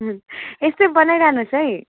यस्तै बनाइरहनुहोस् है